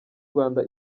rwanda